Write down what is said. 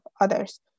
others